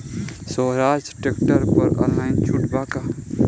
सोहराज tractor पर online छूट बा का?